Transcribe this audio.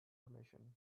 permission